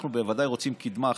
אנחנו בוודאי רוצים קדמה,